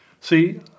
See